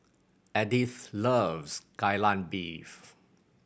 Edyth loves Kai Lan Beef